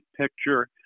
picture